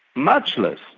much less,